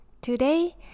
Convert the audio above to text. today